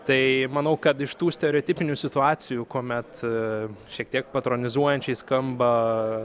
tai manau kad iš tų stereotipinių situacijų kuomet šiek tiek patronizuojančiai skamba